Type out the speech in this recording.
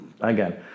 Again